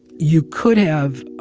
you could have